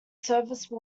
service